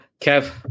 Kev